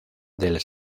del